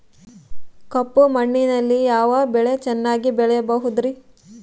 ಕಪ್ಪು ಮಣ್ಣಿನಲ್ಲಿ ಯಾವ ಬೆಳೆ ಚೆನ್ನಾಗಿ ಬೆಳೆಯಬಹುದ್ರಿ?